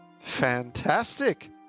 Fantastic